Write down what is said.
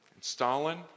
Stalin